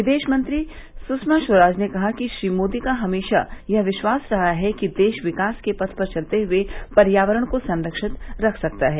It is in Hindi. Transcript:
विदेश मंत्री सुषमा स्वराज ने कहा कि श्री मोदी का हमेशा यह विश्वास रहा है कि देश विकास के पथ पर चलते हुए पर्यावरण को संरक्षित रख सकता है